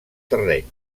terreny